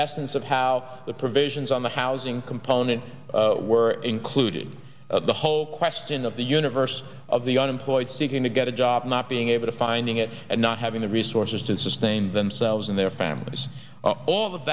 essence of how the provisions on the housing component were included the whole question of the universe of the unemployed seeking to get a job not being able to finding it and not having the resources to sustain themselves and their families all of